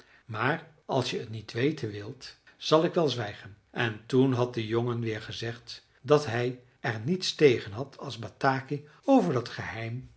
maar als je het niet weten wilt zal ik wel zwijgen en toen had de jongen weer gezegd dat hij er niets tegen had als bataki over dat geheim